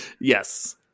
Yes